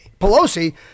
Pelosi